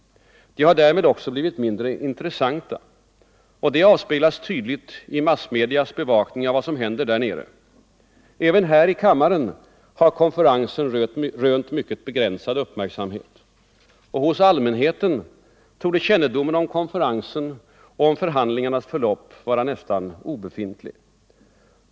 De har därmed också blivit mindre intressanta. Det avspeglas tydligt i massmedias bevakning av vad som händer där nere. Även här i kammaren har konferensen rönt mycket begränsad uppmärksamhet. Och hos allmänheten torde kännedomen om konferensen och om förhandlingarnas förlopp vara nästan obefintlig.